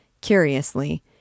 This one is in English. Curiously